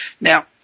Now